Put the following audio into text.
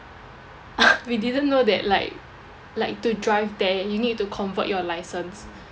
we didn't know that like like to drive there you need to convert your license